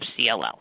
CLL